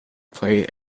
play